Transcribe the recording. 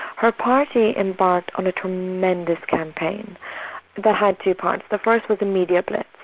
her party embarked on a tremendous campaign that had two parts. the first was the media blitz,